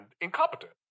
incompetent